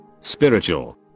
Spiritual